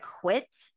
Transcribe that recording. quit